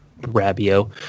Rabio